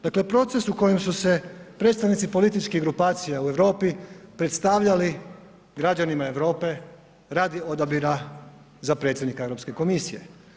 Dakle proces u kojem su se predstavnici političkih grupacija u Europi predstavljali građanima Europe radi odabira za predsjednika Europske komisije.